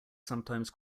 sometimes